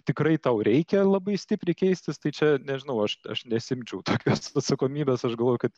tikrai tau reikia labai stipriai keistis tai čia nežinauaš aš nesiimčiau tokios atsakomybės aš galvoju kad